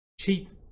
cheat